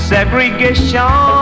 Segregation